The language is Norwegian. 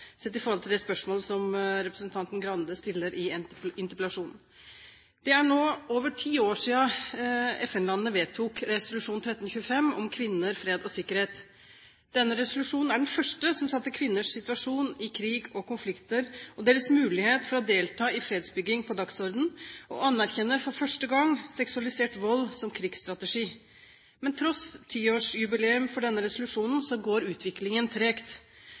sett i forhold til det spørsmålet som representanten Stokkan-Grande stiller i interpellasjonen. Det er nå over ti år siden FN-landene vedtok resolusjon 1325 om kvinner, fred og sikkerhet. Denne resolusjonen var den første som satte kvinners situasjon i krig og konflikter og deres muligheter til å delta i fredsbygging på dagsordenen, og anerkjente for første gang seksualisert vold som krigsstrategi. Men tross tiårsjubileum for denne resolusjonen, går utviklingen tregt.